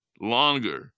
longer